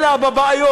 אלא בבעיות.